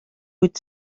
huit